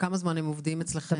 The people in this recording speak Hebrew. כמה זמן הם עובדים אצלכם?